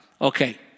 Okay